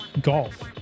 golf